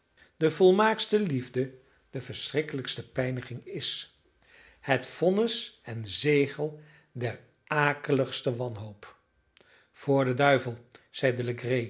de volmaakste liefde de verschrikkelijkste pijniging is het vonnis en zegel der akeligste wanhoop voor den duivel zeide